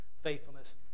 faithfulness